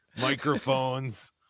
Microphones